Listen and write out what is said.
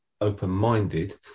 open-minded